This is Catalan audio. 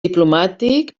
diplomàtic